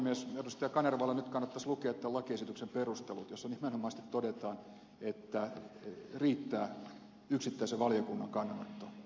nyt kannattaisi lukea tämän lakiesityksen perustelut joissa nimenomaisesti todetaan että riittää yksittäisen valiokunnan kannanotto eduskunnan kannaksi